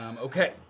Okay